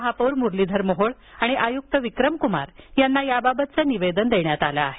महापौर मुरलीधर मोहोळ आणि आयुक्त विक्रमक्मार यांना याबाबतचं निवेदन देण्यात आलं आहे